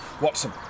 Watson